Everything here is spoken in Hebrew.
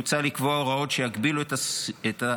מוצע לקבוע הוראות שיגבילו את הסכומים